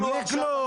בלי כלום.